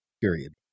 period